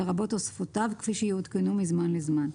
לרבות תוספותיו, כפי שיעודכן מזמן לזמן.